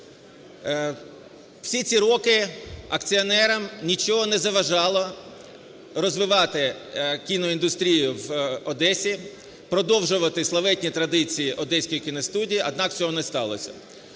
Всі ці роки акціонерам нічого не заважало розвивати кіноіндустрію в Одесі, продовжувати славетні традиції "Одеської кіностудії", однак цього не сталося.